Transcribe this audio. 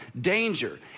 danger